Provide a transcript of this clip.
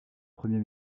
premier